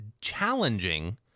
challenging –